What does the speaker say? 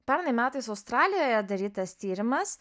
pernai metais australijoje darytas tyrimas